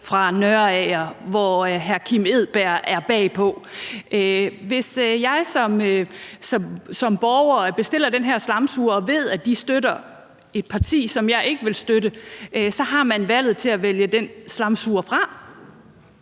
fra Nørager, hvor hr. Kim Edberg Andersen er bag på? Hvis jeg som borger overvejer at bestille den her slamsuger og ved, at de støtter et parti, som jeg ikke vil støtte, har jeg muligheden for at vælge den slamsuger fra.